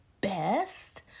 best